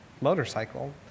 motorcycle